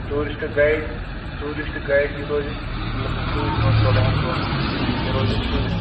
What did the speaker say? ٹیوٗرِسٹہٕ guide مطلب ٹیٛوٗرسِٹہٕ guide یہِ روزِ اَسہِ مطلب سۭتۍ یِمن ژۄدہان دۄہن یہِ روزِ اَسہِ سۭتۍ